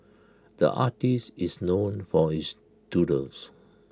the artist is known for his doodles